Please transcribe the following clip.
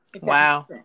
Wow